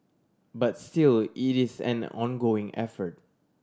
but still it is an ongoing effort